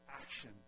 action